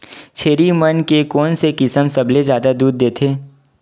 छेरी मन के कोन से किसम सबले जादा दूध देथे?